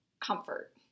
comfort